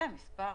זה מס'.